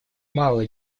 мало